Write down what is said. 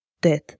death